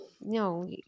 No